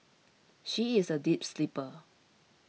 she is a deep sleeper